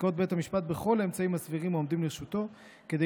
ינקוט בית המשפט את כל האמצעים הסבירים העומדים לרשותו כדי